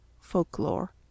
Folklore